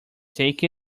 take